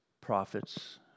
prophets